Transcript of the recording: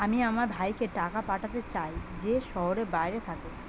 আমি আমার ভাইকে টাকা পাঠাতে চাই যে শহরের বাইরে থাকে